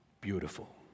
beautiful